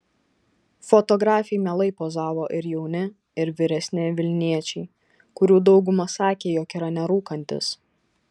fotografei mielai pozavo ir jauni ir vyresni vilniečiai kurių dauguma sakė jog yra nerūkantys